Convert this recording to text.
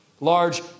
large